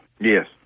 Yes